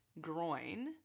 groin